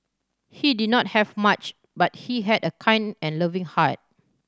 he did not have much but he had a kind and loving heart